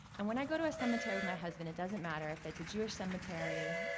and when i go to a cemetery with my husband, it doesn't matter if it's a jewish cemetery,